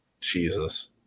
Jesus